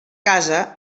casa